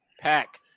Pack